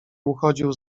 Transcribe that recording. uchodził